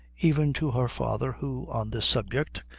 even to her father, who, on this subject,